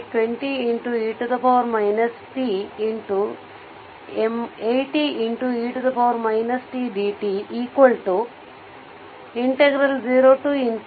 e t dt 0pdt 01600